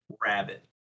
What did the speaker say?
rabbit